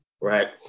right